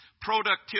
productivity